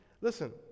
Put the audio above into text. Listen